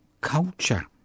culture